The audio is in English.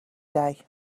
day